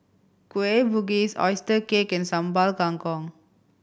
Kueh Bugis oyster cake and Sambal Kangkong